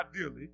ideally